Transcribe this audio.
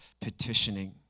petitioning